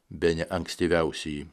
bene ankstyviausiąjį